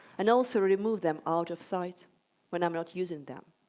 and also remove them out of sight when i'm not using them.